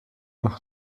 noch